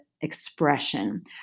expression